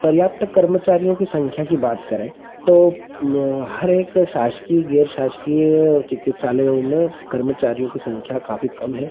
पर्याप्त कर्मचारियों की संख्या की बात करें तो हर एक शासकीय गैर शासकीय चिकित्सालयों में कर्मचारियों की संख्या काफी कम है